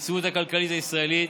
ביציבות הכלכלית הישראלית